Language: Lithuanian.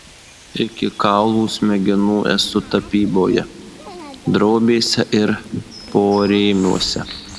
iki kaulų smegenų esu tapyboje drobėse ir porėmiuose